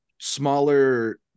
smaller